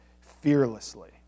fearlessly